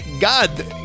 God